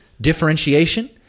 differentiation